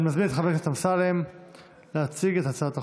אני מזמין את חבר הכנסת אמסלם להציג את הצעת החוק.